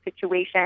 situation